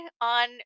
on